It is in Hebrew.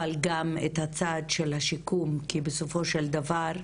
אבל גם את הצד של השיקום, כי בסופו של דבר,